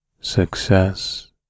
success